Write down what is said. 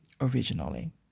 originally